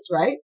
right